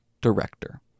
director